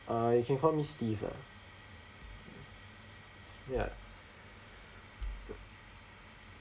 uh you can call me steve ah ya